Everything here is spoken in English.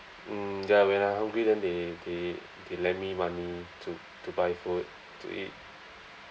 mm ya when I hungry then they they they lend me money to to buy food to eat